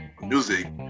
music